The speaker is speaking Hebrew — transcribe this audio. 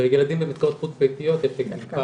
בילדים במסגרות חוץ ביתיות יש לעתים פער